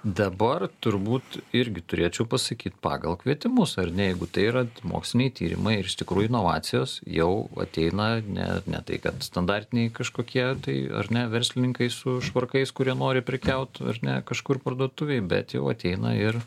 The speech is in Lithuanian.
dabar turbūt irgi turėčiau pasakyt pagal kvietimus ar ne jeigu tai yra moksliniai tyrimai ir iš tikrųjų inovacijos jau ateina ne ne tai kad standartiniai kažkokie tai ar ne verslininkai su švarkais kurie nori prekiaut ar ne kažkur parduotuvėj bet jau ateina ir